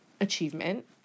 achievement